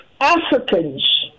Africans